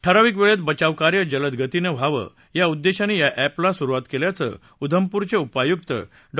ठराविक वेळेत बचावकार्य जलदगतीनं व्हावं या उद्देशानं अप्रिा सुरुवात केल्याचं उधमपूरचे उपायुक्त डॉ